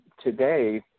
today